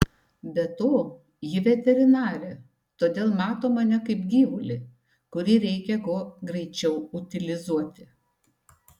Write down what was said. be to ji veterinarė todėl mato mane kaip gyvulį kurį reikia kuo greičiau utilizuoti